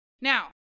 Now